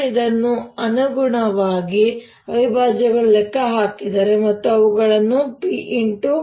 ನಾನು ಇದಕ್ಕೆ ಅನುಗುಣವಾದ ಅವಿಭಾಜ್ಯಗಳನ್ನು ಲೆಕ್ಕಹಾಕಿದರೆ ಮತ್ತು ಅವುಗಳನ್ನು p